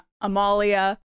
amalia